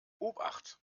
obacht